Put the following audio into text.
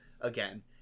again